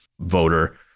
voter